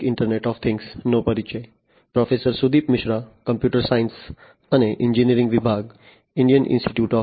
0 industry 4